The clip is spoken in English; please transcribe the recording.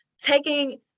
taking